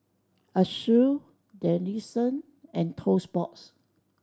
Asus Denizen and Toast Box